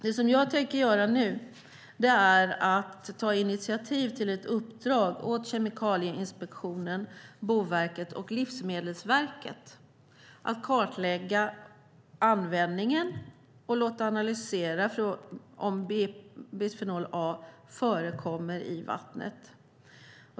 Det jag tänker göra nu är att ta initiativ till ett uppdrag åt Kemikalieinspektionen, Boverket och Livsmedelsverket att kartlägga användningen och låta analysera om bisfenol A förekommer i vattnet.